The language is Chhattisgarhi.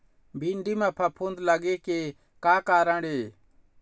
भिंडी म फफूंद लगे के का कारण ये?